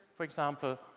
for example,